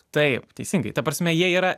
taip teisingai ta prasme jie yra